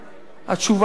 התשובה היא: לא.